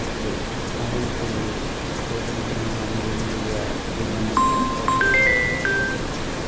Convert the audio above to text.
ते अस कोई दो तिन्न ग्रांऽ मिली मुलियै टूरनामैंट